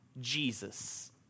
Jesus